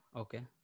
okay